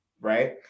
right